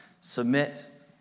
Submit